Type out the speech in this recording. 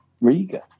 Riga